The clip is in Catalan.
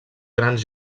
grans